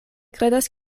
kredas